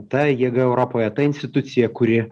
ta jėga europoje ta institucija kuri